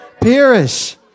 perish